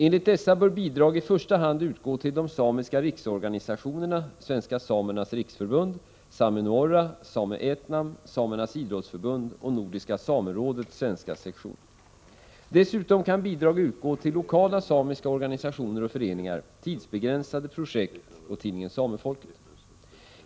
Enligt dessa bör bidrag i första hand utgå till de samiska riksorganisationerna Svenska samernas riksförbund, Såminuorra, Same Ätnam, Samernas Idrottsförbund och Nordiska samerådets svenska sektion. Dessutom kan bidrag utgå till lokala samiska organisationer och föreningar, tidsbegränsade projekt och tidningen Samefolket.